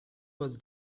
was